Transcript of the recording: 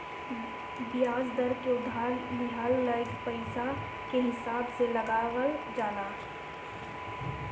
बियाज दर के उधार लिहल गईल पईसा के हिसाब से लगावल जाला